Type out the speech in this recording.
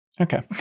Okay